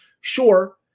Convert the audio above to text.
Sure